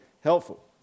helpful